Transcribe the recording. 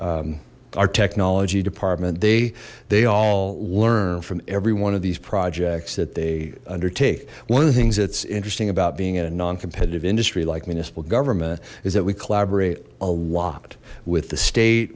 our technology department they they all learn from every one of these projects that they undertake one of the things that's interesting about being at a non competitive industry like municipal government is that we collaborate a lot with the state